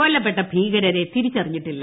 കൊല്ലപ്പെട്ട ഭീകരരെ തിരിച്ചറിഞ്ഞിട്ടില്ല